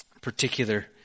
particular